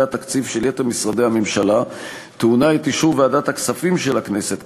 התקציב של יתר משרדי הממשלה טעונה את אישור ועדת הכספים של הכנסת,